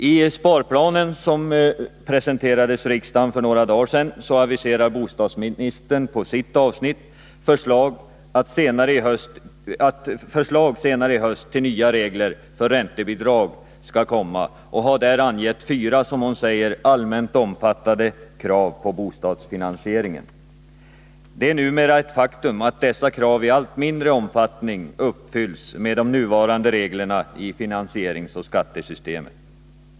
I sparplanen, som presenterades för riksdagen för några dagar sedan, aviserar bostadsministern i sitt avsnitt att ett förslag till nya regler för räntebidrag skall komma senare i höst, och hon har där angett fyra som hon säger allmänt omfattade krav på bostadsfinansieringen. Det är numera ett faktum att dessa krav i allt mindre omfattning uppfylls med de nuvarande reglerna i finansieringsoch skattesystemet.